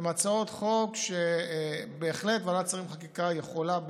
הן הצעות חוק שוועדת שרים לחקיקה בהחלט יכולה,